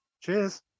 cheers